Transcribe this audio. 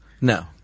No